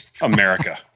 America